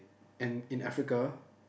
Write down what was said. and in Africa